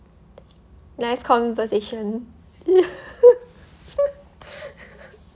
nice conversation